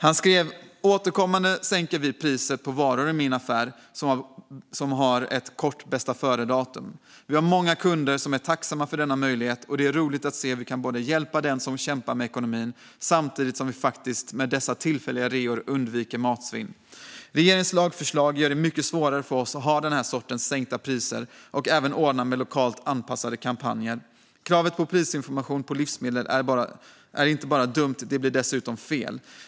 Han skrev: Återkommande sänker vi i min affär priser på varor som har ett kort bästföredatum. Vi har många kunder som är tacksamma för denna möjlighet. Det är roligt att se hur vi kan hjälpa dem som kämpar med ekonomin samtidigt som vi med dessa tillfälliga reor faktiskt undviker matsvinn. Regeringens lagförslag gör det mycket svårare för oss att ha den här sortens sänkta priser och ordna med lokalt anpassade kampanjer. Kravet på prisinformation på livsmedel är inte bara dumt - det blir dessutom fel.